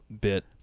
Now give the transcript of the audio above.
bit